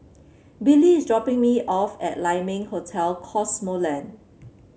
Billie is dropping me off at Lai Ming Hotel Cosmoland